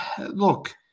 look